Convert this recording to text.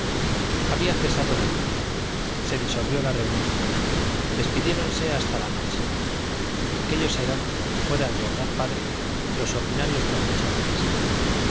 había cesado la lluvia se disolvió la reunión despidiéndose hasta la noche aquellos eran fuera de orgaz padre los ordinarios trasnochadores